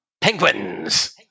penguins